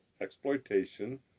exploitation